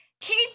keep